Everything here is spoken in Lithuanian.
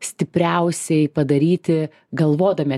stipriausiai padaryti galvodami